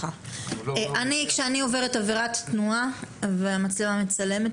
כשאני עוברת עבירת תנועה והמצלמה מצלמת